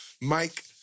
Mike